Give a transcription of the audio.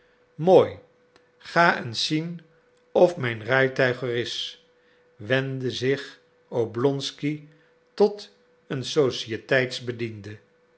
mooi ga eens zien of mijn rijtuig er is wendde zich oblonsky tot een societeitsbediende